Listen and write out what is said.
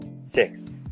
Six